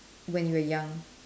when you were young